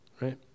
right